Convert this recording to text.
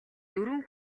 дөрвөн